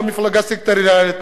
לא מפלגה סקטוריאלית,